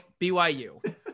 BYU